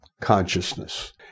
consciousness